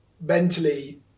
mentally